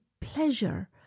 pleasure